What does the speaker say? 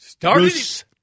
Bruce